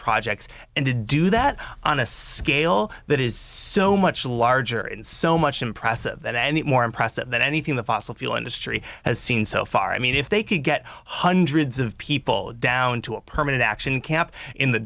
projects and to do that on a scale that is so much larger and so much impressive that any more impressive than anything the fossil fuel industry has seen so far i mean if they could get hundreds of people down to a permanent action camp in the